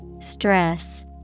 Stress